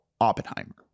Oppenheimer